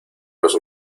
los